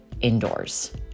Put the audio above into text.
indoors